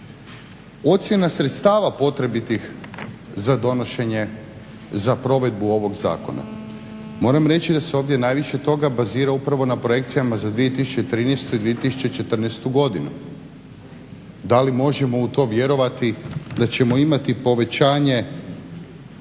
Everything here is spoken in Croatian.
Ocjena sredstava potrebitih za donošenje za provedbu ovog zakona. Moram reći da se ovdje najviše toga bazira upravo na projekcijama za 2013. i 2014. godinu. da li možemo u to vjerovati da ćemo imati povećanje